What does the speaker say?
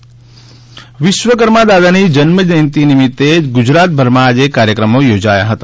વિશ્વકર્મા જયંતિ વિશ્વકર્મા દાદાની જન્મજ્યંતિ નિમિત્તે ગુજરાતભરમાં આજે કાર્યક્રમો યોજાયા હતા